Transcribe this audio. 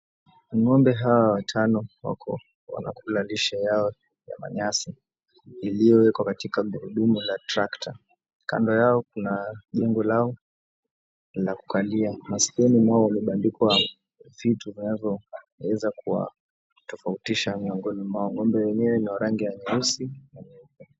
Ng'ombe hawa watano wako wanakula lishe yao ya manyasi iliyowekwa katika gurudumu la trakter . Kando yao kuna jengo lao la kukalia. Maskioni mwao umebandikwa vitu zinazoweza kuwa tofautisha miongoni mwao. Ng'ombe wenyewe ni wa rangi ya nyeusi na nyeupe.